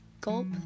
gulp